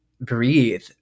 breathe